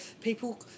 people